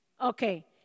Okay